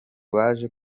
baje